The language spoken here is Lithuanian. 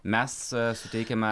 mes suteikiame